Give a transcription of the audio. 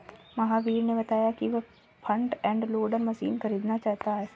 महावीर ने बताया कि वह फ्रंट एंड लोडर मशीन खरीदना चाहता है